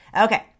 Okay